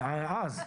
זה היה אז.